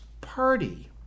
party